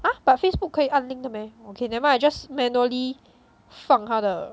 !huh! but facebook 可以按 link 的 meh okay never mind I just manually 放他的